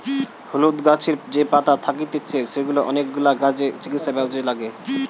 হলুদ গাছের যে পাতা থাকতিছে সেগুলা অনেকগিলা কাজে, চিকিৎসায় কাজে লাগে